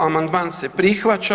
Amandman se prihvaća.